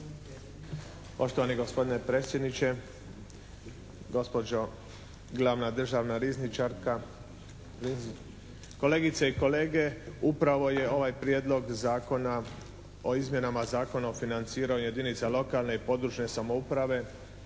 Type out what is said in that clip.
Poštovani gospodine predsjedniče, gospođo glavna državna rizničarka, kolegice i kolege! Upravo je ovaj Prijedlog zakona o izmjenama Zakona o financiranju jedinica lokalne i područne samouprave